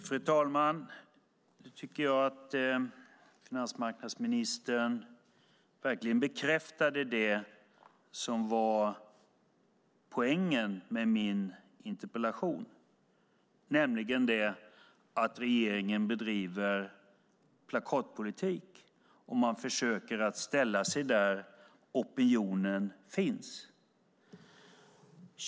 Fru talman! Jag tycker att finansmarknadsministern verkligen bekräftade det som var poängen med min interpellation, nämligen att regeringen bedriver plakatpolitik och försöker ställa sig där opinionen finns.